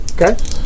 Okay